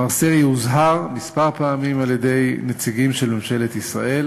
מר סרי הוזהר פעמים מספר על-ידי נציגים של ממשלת ישראל